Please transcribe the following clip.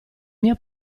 mia